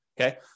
Okay